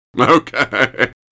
Okay